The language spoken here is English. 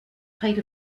height